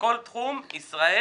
בכל תחום ישראל